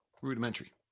rudimentary